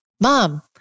mom